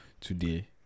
today